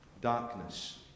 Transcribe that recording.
darkness